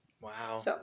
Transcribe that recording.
Wow